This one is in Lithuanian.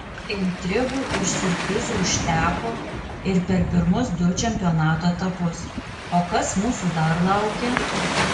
intrigų ir siurprizų užteko ir per pirmus du čempionato etapus o kas mūsų dar laukia